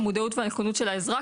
המודעות והנכונות של האזרח,